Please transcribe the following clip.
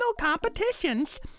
competitions